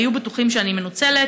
היו בטוחים שאני מנוצלת,